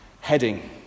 heading